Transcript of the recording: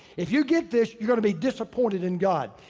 if you get this, you're gonna be disappointed in god.